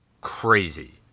crazy